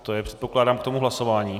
To je, předpokládám, k tomu hlasování.